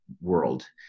world